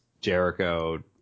Jericho